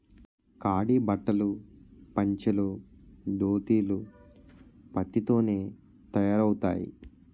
ఖాదీ బట్టలు పంచలు దోతీలు పత్తి తోనే తయారవుతాయి